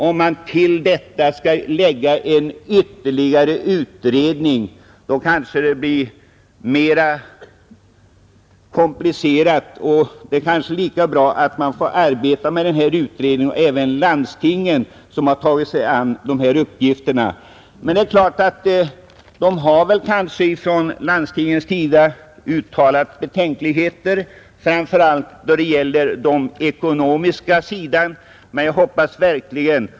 Om man till detta skall lägga ytterligare en utredning, kanske det blir mera komplicerat. Det är måhända lika bra att man får arbeta med den utredningsgrupp som tillsatts, och det gäller även landstingen som tagit sig an dessa uppgifter. Men man har från visst landstings sida uttalat betänkligheter framför allt då det gäller den ekonomiska sidan.